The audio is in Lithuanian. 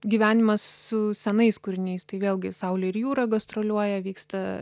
gyvenimas su senais kūriniais tai vėlgi saulė ir jūra gastroliuoja vyksta